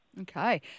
Okay